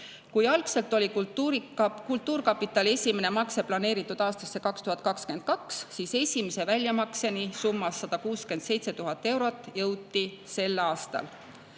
Kui algselt oli kultuurkapitali esimene makse planeeritud aastasse 2022, siis esimese väljamakseni summas 167 000 eurot jõuti sel aastal.